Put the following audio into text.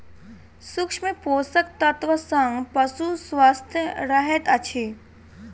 सूक्ष्म पोषक तत्व सॅ पशु स्वस्थ रहैत अछि